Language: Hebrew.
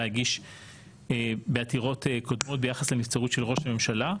שהגיש בעתירות קודמות ביחס לנבצרות של ראש ממשלה.